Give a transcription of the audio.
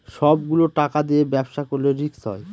সব গুলো টাকা দিয়ে ব্যবসা করলে রিস্ক হয়